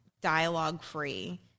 dialogue-free